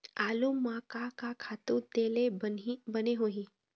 आलू म का का खातू दे ले बने होही?